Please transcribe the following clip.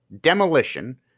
demolition